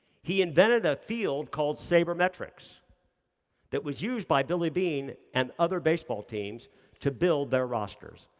he invented a field called sabermetrics that was used by billy beane and other baseball teams to build their rosters.